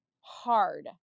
hard